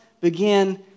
begin